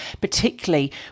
particularly